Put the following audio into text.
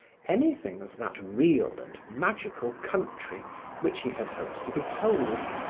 anything of that real and magical country which he had hoped to behold,